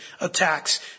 attacks